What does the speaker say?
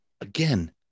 again